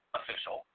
official